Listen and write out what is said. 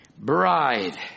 Bride